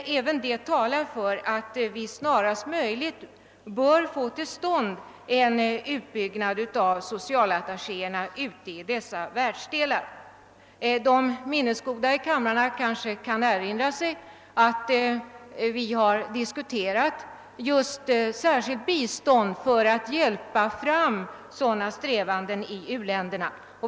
Även det talar för att vi snarast möjligt bör få till stånd en utbyggnad av socialattaché organisationen i dessa världsdelar. De minnesgoda i kammaren kanske kan erinra sig att vi har diskuterat särskilt bistånd för att hjälpa fram sådana strävanden som de nämnda i u-länderna.